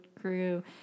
crew